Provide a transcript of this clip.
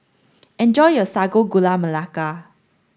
enjoy your Sago Gula Melaka